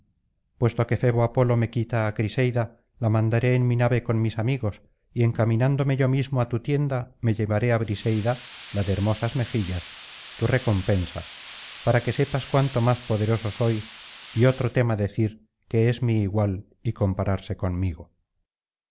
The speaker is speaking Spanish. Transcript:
puesto que febo apolo me quita á criseida la mandaré en mi nave con mis amigos y encaminándome yo mismo á tu tienda me llevaré á briseida la de hermosas mejillas tu recompensa para que sepas cuánto más poderoso soy y otro tema decir que es mi igual y compararse conmigo